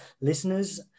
listeners